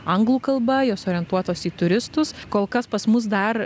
anglų kalba jos orientuotos į turistus kol kas pas mus dar